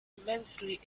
immensely